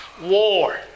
war